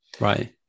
right